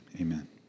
amen